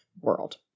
world